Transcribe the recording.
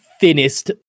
Thinnest